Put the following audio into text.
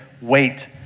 wait